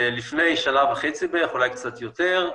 לפני שנה וחצי בערך אולי קצת יותר,